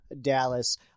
Dallas